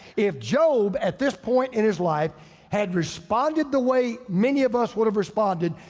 if job at this point in his life had responded the way many of us would have responded,